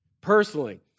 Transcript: personally